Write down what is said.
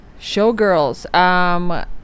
Showgirls